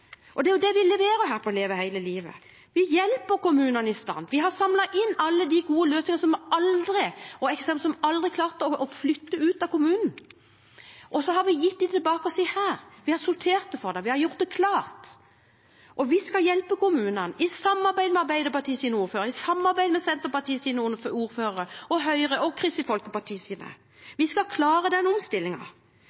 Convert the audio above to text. Det er det vi leverer her i Leve hele livet. Vi hjelper kommunene i stand, vi har samlet inn alle de gode løsningene som en aldri klarte å flytte ut av kommunen. Så har vi gitt dem tilbake og sagt: Her – vi har sortert det for deg, vi har gjort det klart. Vi skal hjelpe kommunene, i samarbeid med Arbeiderpartiets ordførere, i samarbeid med Senterpartiets ordførere og Høyres og Kristelig Folkepartis ordførere. Vi skal klare den omstillingen. Da skjønner jeg ikke helt hvorfor Arbeiderpartiets stortingsrepresentanter ikke tar sine